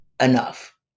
enough